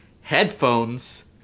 headphones